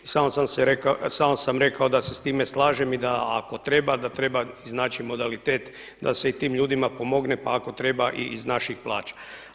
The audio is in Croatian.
I samo sam rekao da se s time slažem i da ako treba da treba iznaći modalitet da se i tim ljudima pomogne pa ako treba i iz naših plaća.